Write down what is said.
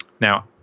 Now